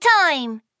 time